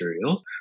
materials